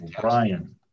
Brian